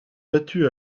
battus